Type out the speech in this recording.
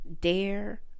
dare